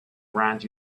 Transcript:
grant